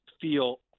feel